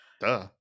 Duh